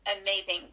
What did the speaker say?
amazing